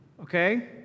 Okay